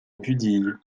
budille